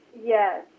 Yes